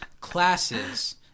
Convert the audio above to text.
classes